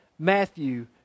Matthew